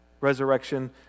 resurrection